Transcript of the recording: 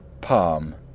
Palm